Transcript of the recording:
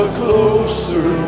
closer